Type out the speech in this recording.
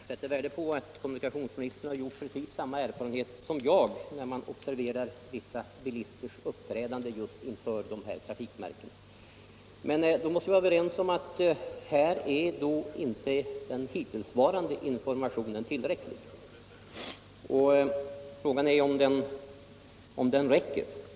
Herr talman! Jag sätter värde på att kommunikationsministern har precis samma erfarenheter som jag när det gäller vissa bilisters uppträdande inför just dessa trafikmärken. Men då måste vi väl vara överens om att den hittillsvarande informationen inte är tillräcklig.